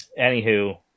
anywho